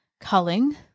culling